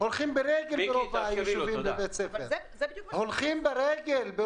ילדים ברוב היישובים הולכים ברגל.